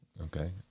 Okay